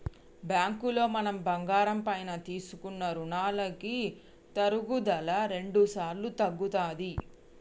బ్యాంకులో మనం బంగారం పైన తీసుకునే రుణాలకి తరుగుదల రెండుసార్లు తగ్గుతది